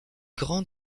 grands